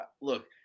Look